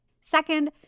Second